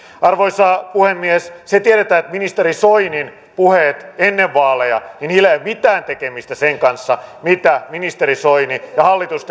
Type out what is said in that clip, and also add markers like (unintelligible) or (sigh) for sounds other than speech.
arvoisa puhemies se tiedetään että ministeri soinin puheilla ennen vaaleja ei ole mitään tekemistä sen kanssa mitä ministeri soini ja hallitus (unintelligible)